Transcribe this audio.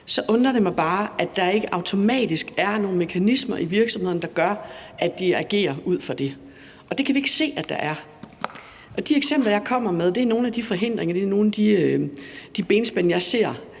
så undrer det mig bare, at der ikke automatisk er nogle mekanismer i virksomheden, der gør, at de agerer ud fra det. Det kan vi ikke se at der er. De eksempler, jeg kommer med, handler om nogle af de forhindringer, nogle af de benspænd, jeg ser.